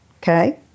Okay